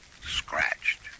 Scratched